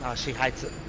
ah she hates it,